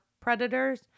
Predators